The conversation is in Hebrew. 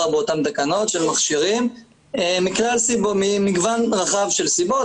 באותן תקנות של מכשירים ממגוון רחב של סיבות,